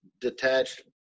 detached